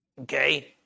okay